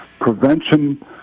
prevention